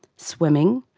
swimming,